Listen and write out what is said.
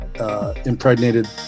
impregnated